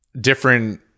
Different